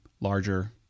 larger